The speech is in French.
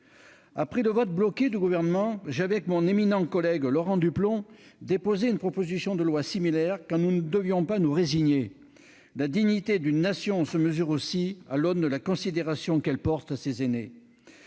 Après le vote bloqué imposé par le Gouvernement, j'avais, avec mon éminent collègue Laurent Duplomb, déposé une proposition de loi similaire, car nous ne pouvions pas nous résigner. La dignité d'une nation se mesure aussi à l'aune de la considération qu'elle porte à ses aînés.